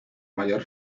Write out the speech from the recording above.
mayor